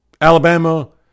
Alabama